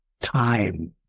time